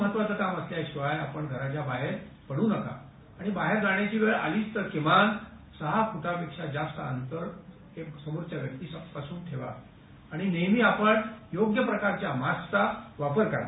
महत्वाचं काम असल्याशिवाय आपण घराच्या बाहेर पड्र नका आणि बाहेर जाण्याची वेळ आलीचं तर किमान सहा फुटापेक्षा जास्त अंतर हे समोरच्या व्यक्तीपासून ठेवा आणि नेहमी आपण योग्य प्रकारच्या मास्कचा वापर करा